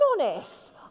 honest